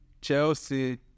Chelsea